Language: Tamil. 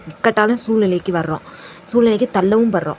இக்கட்டான சூழ்நிலைக்கு வரோம் சூழ்நிலைக்கு தள்ளவும் படுகிறோம்